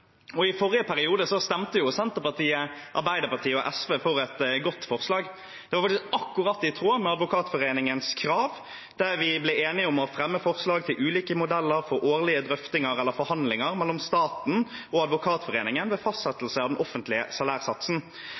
I forrige periode stemte Senterpartiet, Arbeiderpartiet og SV for et godt forslag. Det var faktisk helt i tråd med Advokatforeningens krav, der vi ble enige om å fremme forslag til ulike modeller for årlige drøftinger eller forhandlinger mellom staten og Advokatforeningen ved fastsettelse av den offentlige salærsatsen.